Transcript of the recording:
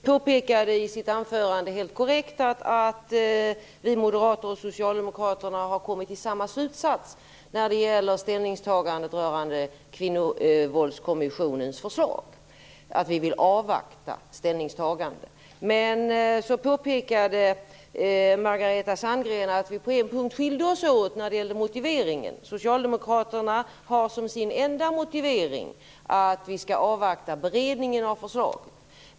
Herr talman! Margareta Sandgren påpekade helt korrekt i sitt anförande att vi moderater och socialdemokraterna har kommit fram till samma slutsats när det gäller ställningstagandet rörande Kvinnovåldskommissionens förslag. Vi vill avvakta med ett ställningstagande. Margareta Sandgren påpekade att vi skilde oss åt på en punkt i fråga om motiveringen. Socialdemokraterna har som enda motivering att avvakta beredningen av förslaget.